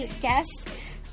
guests